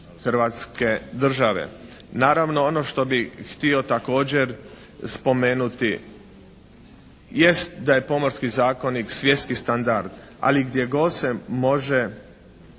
Hrvatske države. Naravno ono što bih htio također spomenuti jest da je Pomorski zakonik svjetski standard. Ali gdje god se može